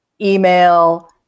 email